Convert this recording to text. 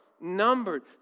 numbered